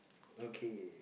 okay